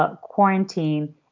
quarantine